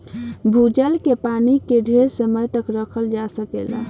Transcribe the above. भूजल के पानी के ढेर समय तक रखल जा सकेला